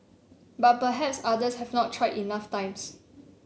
but perhaps others have not tried enough times